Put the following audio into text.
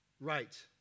right